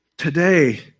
Today